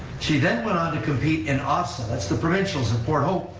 she then went on to compete in ofsaa, that's the provincials at port hope,